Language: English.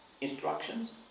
instructions